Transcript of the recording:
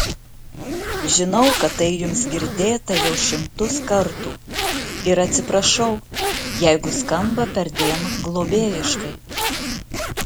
žinau kad tai jums girdėta jau šimtus kartų ir atsiprašau jeigu skamba perdėm globėjiškai